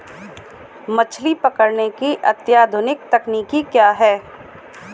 मछली पकड़ने की अत्याधुनिक तकनीकी क्या है?